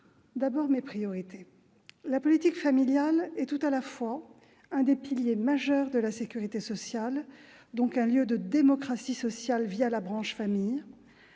votre intérêt. La politique familiale est tout à la fois l'un des piliers majeurs de la sécurité sociale, donc un lieu de démocratie sociale la branche famille,